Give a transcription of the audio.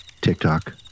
TikTok